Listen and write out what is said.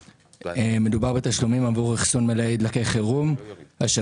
מדובר בתשלומים עבור אחסון מלאי דלקי חירום אשר